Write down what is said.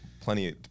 plenty